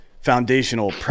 foundational